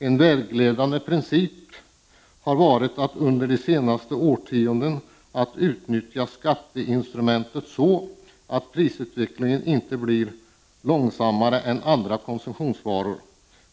En vägledande princip har varit att under de senaste årtiondena utnyttja skatteinstrumentet så att prisutvecklingen inte blir långsammare när det gäller alkoholvaror än andra konsumtionsvaror.